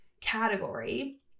category